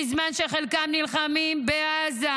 בזמן שחלקם נלחמים בעזה,